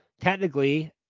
Technically